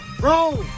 roll